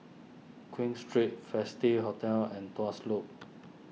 Queen Street Festive Hotel and Tuas Loop